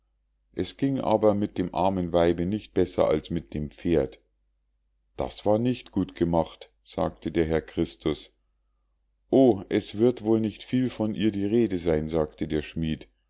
es ging aber mit dem armen weibe nicht besser als mit dem pferd das war nicht gut gemacht sagte der herr christus o es wird wohl nicht viel von ihr die rede sein sagte der schmied